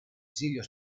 ζήλιω